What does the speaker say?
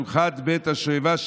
באירוע של שמחת בית השואבה,